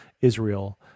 Israel